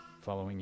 following